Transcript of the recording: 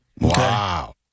Wow